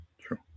True